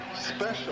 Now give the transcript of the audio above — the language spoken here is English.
special